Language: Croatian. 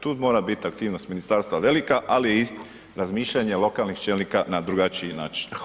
Tu mora biti aktivnost ministarstva velika ali i razmišljanje lokalnih čelnika na drugačiji način.